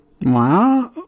wow